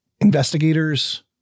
investigators